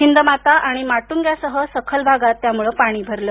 हिंदमाता आणि माटुंग्यासह सखल भागात त्यामुळे पाणी भरलं